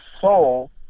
soul